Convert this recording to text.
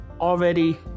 already